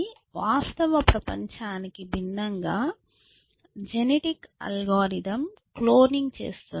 కాబట్టి వాస్తవ ప్రపంచానికి భిన్నంగా జెనెటిక్ అల్గోరిథం క్లోనింగ్ చేస్తుంది